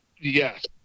yes